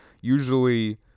usually